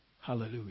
Hallelujah